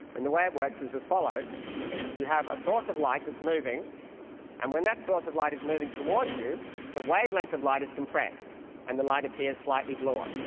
and the way it works is as follows you have a source of light that's moving and when that source of light is moving towards you the wavelength of light is compressed and the light appears slightly bluer.